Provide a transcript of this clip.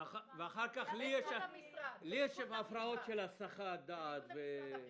ואחר כך לי יש הפרעות של הסחת דעת.